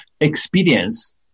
experience